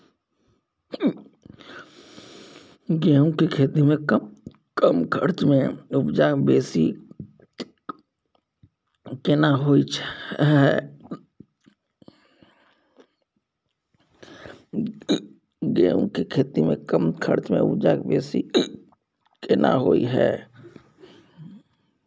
गेहूं के खेती में कम खर्च में उपजा बेसी केना होय है?